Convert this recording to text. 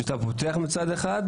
שאתה פותח מצד אחד.